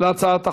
להצעת החוק.